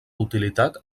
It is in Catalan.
utilitat